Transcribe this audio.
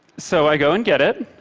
so i go and get it,